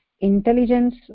intelligence